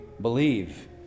believe